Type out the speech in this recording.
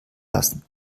lassen